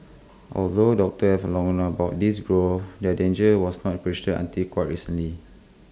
although doctors have long known about these growths their danger was not appreciated until quite recently